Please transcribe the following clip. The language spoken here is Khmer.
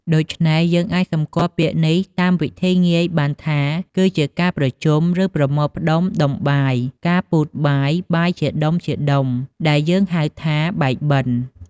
ដូចេ្នះយើងអាចសម្គាល់ពាក្យនេះ តាមវិធីងាយបានថា គឺជា “ការប្រជុំ ឬប្រមូលផ្តុំដុំបាយ” ការពូតដុំ បាយជាដុំៗដែលយើងហៅថា “បាយបិណ្ឌ” ។